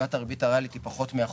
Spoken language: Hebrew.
סביבת הריבית הריאלית היא פחות מאחוז.